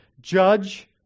Judge